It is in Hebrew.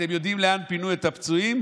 אתם יודעים לאן פינו את הפצועים?